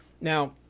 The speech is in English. now